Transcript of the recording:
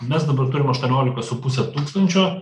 mes dabar turim aštuoniolika su puse tūkstančio